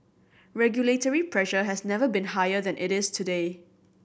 regulatory pressure has never been higher than it is today